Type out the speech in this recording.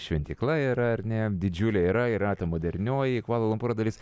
šventykla yra ar ne didžiulė yra yra modernioji kvala lumpūro dalis